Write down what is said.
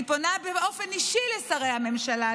אני פונה באופן אישי לשרי הממשלה,